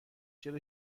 چرا